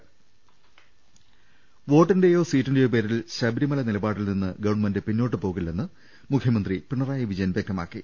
ൾ ൽ ൾ ൽ ൾ ൾ ൾ ൽ ൾ ൽ വോട്ടിന്റെയോ സീറ്റിന്റെയോ പേരിൽ ശബരിമല നിലപാടിൽ നിന്ന് ഗവൺമെന്റ് ്പിന്നോട്ട് പോവില്ലെന്ന് മുഖ്യമന്ത്രി പിണറായി വിജയൻ വൃക്തമാക്കി